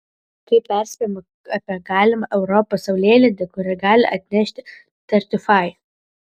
kaip perspėjimas apie galimą europos saulėlydį kurį gali atnešti tartiufai